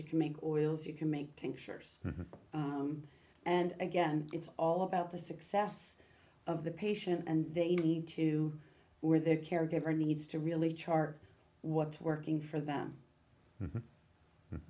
you can make oils you can make pictures and again it's all about the success of the patient and they need to where the caregiver needs to really chart what's working for them